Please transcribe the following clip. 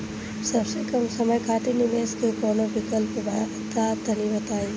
सबसे कम समय खातिर निवेश के कौनो विकल्प बा त तनि बताई?